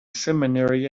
seminary